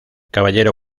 caballero